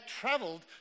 traveled